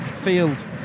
Field